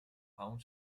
aún